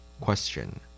question